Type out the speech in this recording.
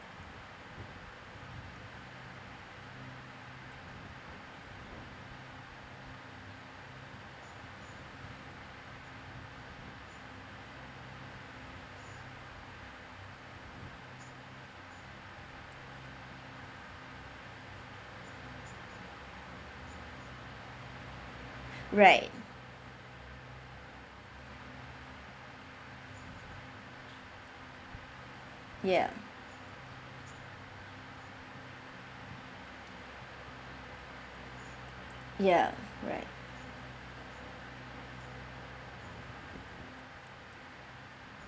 right ya ya right